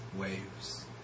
waves